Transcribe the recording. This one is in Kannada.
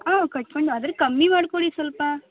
ಹ್ಞೂ ಕಟ್ಕೊಂಡು ಆದರೆ ಕಮ್ಮಿ ಮಾಡಿಕೊಡಿ ಸ್ವಲ್ಪ